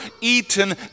eaten